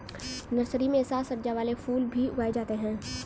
nursery में साज सज्जा वाले फूल भी उगाए जाते हैं